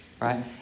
right